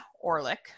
Orlick